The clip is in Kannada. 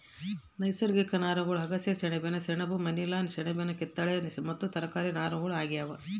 ನೈಸರ್ಗಿಕ ನಾರುಗಳು ಅಗಸೆ ಸೆಣಬಿನ ಸೆಣಬು ಮನಿಲಾ ಸೆಣಬಿನ ಕತ್ತಾಳೆ ಮತ್ತು ತರಕಾರಿ ನಾರುಗಳು ಆಗ್ಯಾವ